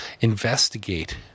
investigate